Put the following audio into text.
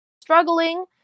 struggling